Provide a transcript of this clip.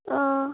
ꯑꯥ